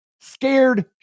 scared